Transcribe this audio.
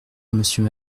monsieur